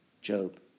Job